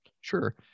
Sure